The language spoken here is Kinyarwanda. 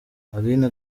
aline